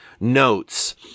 notes